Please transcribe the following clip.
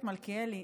מלכיאלי,